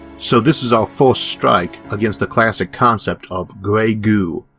so this is our first strike against the classic concept of grey goo,